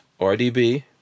RDB